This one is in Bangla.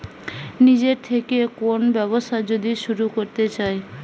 নিজের থেকে কোন ব্যবসা যদি শুরু করতে চাই